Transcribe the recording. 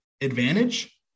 advantage